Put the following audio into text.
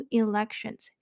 elections